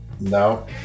No